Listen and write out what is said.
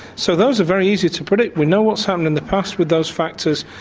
so those are very easy to predict, we know what's happened in the past with those factors,